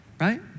right